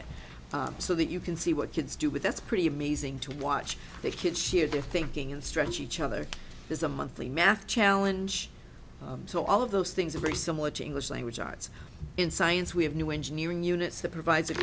it so that you can see what kids do with that's pretty amazing to watch their kids share their thinking and stretch each other is a monthly math challenge so all of those things are very similar to english language arts in science we have new engineering units that provide